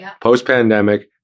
post-pandemic